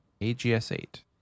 AGS8